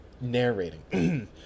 narrating